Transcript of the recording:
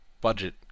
budget